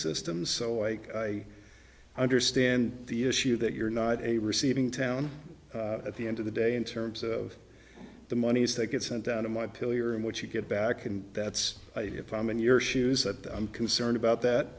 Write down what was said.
system so i understand the issue that you're not a receiving town at the end of the day in terms of the moneys that get sent down to my pillar in which you get back and that's if i'm in your shoes that i'm concerned about that